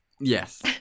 Yes